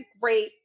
great